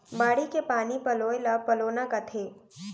बाड़ी के पानी पलोय ल पलोना कथें